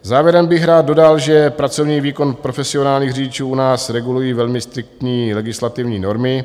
Závěrem bych rád dodal, že pracovní výkon profesionálních řidičů u nás regulují velmi striktní legislativní normy.